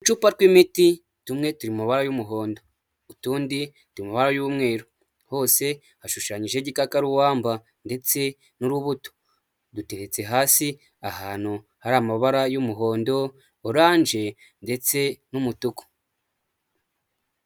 Uducupa tw'imiti tumwe turi mu mabara y'umuhondo, utundi turi mu mabra y'umweru hose hashushanyije igikakarumba ndetse n'urubuto duteretse hasi ahantu hari amabara y'umuhondo, oranje ndetse n'umutuku.